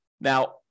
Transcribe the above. Now